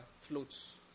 floats